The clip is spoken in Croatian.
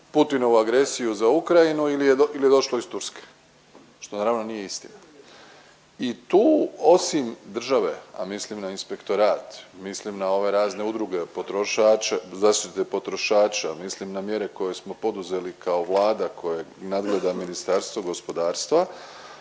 Putinovu agresiju za Ukrajinu ili je došlo iz Turske, što naravno nije istina. I tu osim države i tu mislim na inspektorat, mislim da ove razne udruge potrošače, zaštite potrošača, mislim na mjere koje smo poduzeli kao Vlada koja nadgleda Ministarstvo gospodarstva